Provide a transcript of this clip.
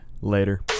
later